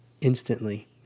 instantly